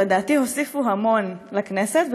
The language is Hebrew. ולדעתי הוסיפו המון לכנסת,